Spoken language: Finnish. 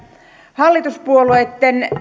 hallituspuolueitten